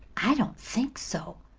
i don't think so.